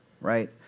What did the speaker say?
right